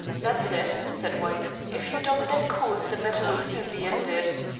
that's it, said white. if you adopt that course the matter will soon be ended.